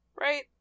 Right